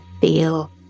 feel